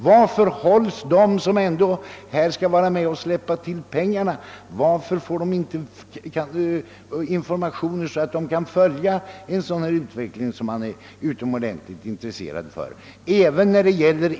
Varför får de som skall släppa till pengarna inte informationer så att de kan följa en sådan utveckling, som vi måste vara högst intresserade av?